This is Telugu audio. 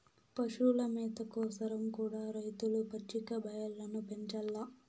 పశుల మేత కోసరం కూడా రైతులు పచ్చిక బయల్లను పెంచాల్ల